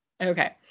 Okay